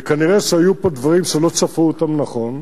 כנראה היו פה דברים שלא צפו אותם נכון.